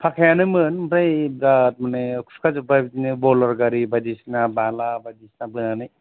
फाखायानोमोन ओमफ्राइ दा मानि खुरखा जोब्बाय बिदिनो बलदार गारि बायदिसिना बाला बायदिसिना बोनानै